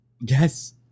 Yes